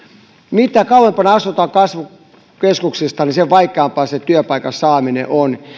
mitä kauempana asutaan kasvukeskuksista sen vaikeampaa sen työpaikan saaminen on